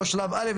לא שלב א',